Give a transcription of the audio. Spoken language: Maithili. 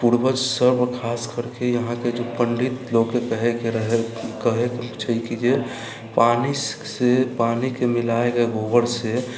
पूर्वज सभ खास करके यहाँके पण्डित लोककेँ कहैके रहै कहैके छै जे पानिसँ पानिके मिलाइके गोबरसँ